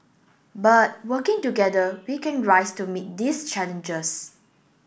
but working together we can rise to meet these challenges